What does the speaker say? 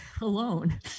alone